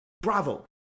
Bravo